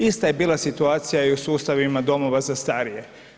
Ista je bila situacija i u sustavima domova za starije.